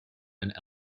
and